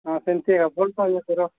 ହଁ ସେମିତି ହେଲେ